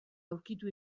aurkitu